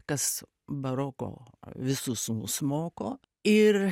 kas baroko visus mus moko ir